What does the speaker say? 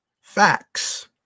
Facts